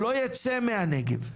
שלא יצא מהנגב.